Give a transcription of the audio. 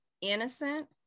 innocent